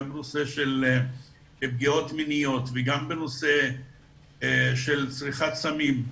גם בנושא של פגיעות מיניות וגם בנושא של צריכת סמים.